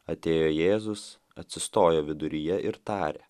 atėjo jėzus atsistojo viduryje ir tarė